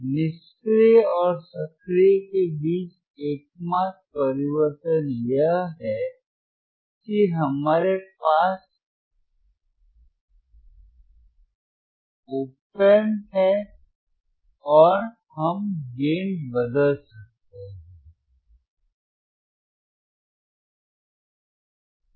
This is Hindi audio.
निष्क्रिय और सक्रिय के बीच एकमात्र परिवर्तन यह है कि हमारे पास op amp है और हम गेन बदल सकते हैं